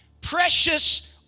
precious